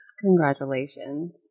Congratulations